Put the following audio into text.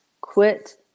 quit